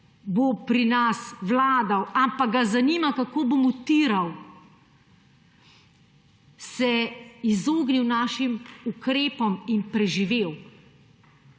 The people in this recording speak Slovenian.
bo pri nas vladal, ampak ga zanima, kako bo mutiral, se izognil našim ukrepom in preživel.